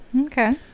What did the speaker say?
Okay